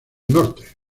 norte